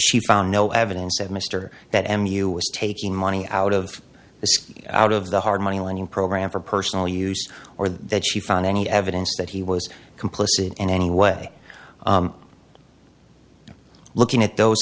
she found no evidence of mr that m you was taking money out of this out of the hard money lending program for personal use or that she found any evidence that he was complicit in any way looking at those